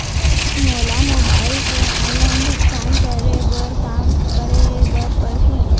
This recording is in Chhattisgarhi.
मोला मोबाइल से ऑनलाइन भुगतान करे बर का करे बर पड़ही?